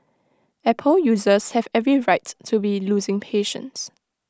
Apple users have every right to be losing patience